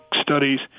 studies